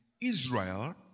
Israel